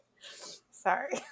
sorry